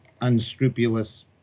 unscrupulous